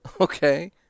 Okay